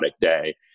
day